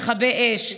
מכבי אש,